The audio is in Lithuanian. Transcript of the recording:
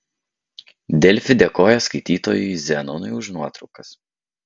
delfi dėkoja skaitytojui zenonui už nuotraukas